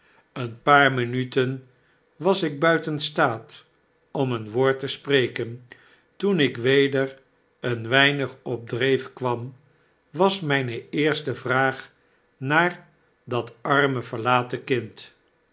een paar minuten was ik buiten staat om een woord te spreken toen ik weder een weinig op dreef kwam was mgne eerste vraag naar dat arme verlaten kind